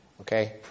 Okay